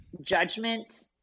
judgment